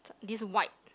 this white